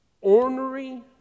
ornery